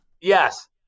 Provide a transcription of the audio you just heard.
yes